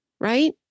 right